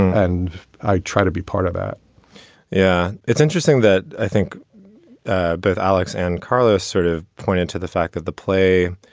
and i try to be part of that yeah, it's interesting that i think both alex and carlos sort of pointed to the fact that the play